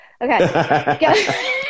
Okay